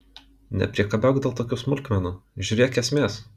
nepriekabiauk dėl tokių smulkmenų žiūrėk esmės